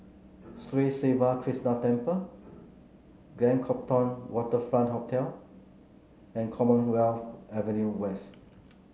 Sri Siva Krishna Temple Grand Copthorne Waterfront Hotel and Commonwealth Avenue West